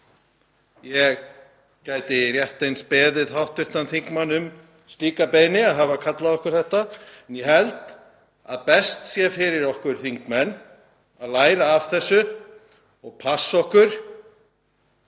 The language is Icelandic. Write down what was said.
Ég gæti rétt eins beðið hv. þingmann um slíka beiðni fyrir að hafa kallað okkur þetta. En ég held að best sé fyrir okkur þingmenn að læra af þessu og passa okkur